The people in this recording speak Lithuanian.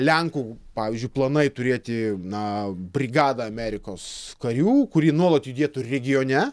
lenkų pavyzdžiui planai turėti na brigadą amerikos karių kuri nuolat judėtų regione